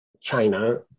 China